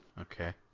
Okay